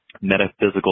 metaphysical